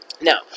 Now